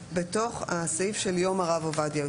בתוך הסעיף של יום הרב עובדיה יוסף.